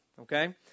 Okay